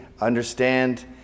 understand